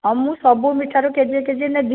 ହଁ ମୁଁ ସବୁ ମିଠାରୁ କେଜିଏ କେଜିଏ ନେବି